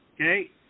Okay